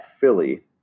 Philly